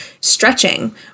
stretching